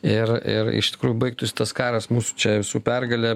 ir ir iš tikrųjų baigtųsi tas karas mūsų čia visų pergale